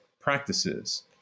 practices